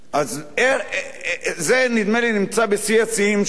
זה נדמה לי נמצא בשיא השיאים של גינס.